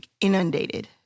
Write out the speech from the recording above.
inundated